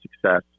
success